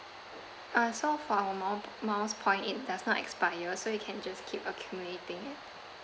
uh so for our mile miles point it does not expire so you can just keep accumulating it